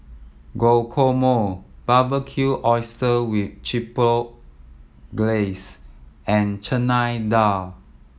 Guacamole Barbecued Oyster with Chipotle Glaze and Chana Dal